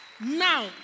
Now